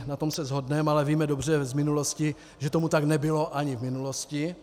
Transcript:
Na tom se shodneme, ale víme dobře z minulosti, že tomu tak nebylo ani v minulosti.